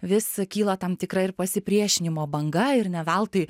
vis kyla tam tikra ir pasipriešinimo banga ir ne veltui